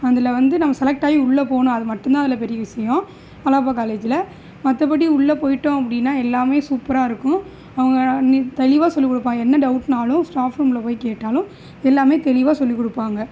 அதில் வந்து நம்ம செலெக்டாகி உள்ள போகணும் அது மட்டுந்தான் அதில் பெரிய விஷயம் அழகப்பா காலேஜில் மற்றபடி உள்ள போய்விட்டோம் அப்படின்னா எல்லாமே சூப்பராக இருக்கும் அவங்க நி தெளிவாக சொல்லிக் கொடுப்பாங்க என்ன டவுட்டானாலும் ஸ்டாஃப்ரூமில் போய் கேட்டாலும் எல்லாமே தெளிவாக சொல்லிக் கொடுப்பாங்க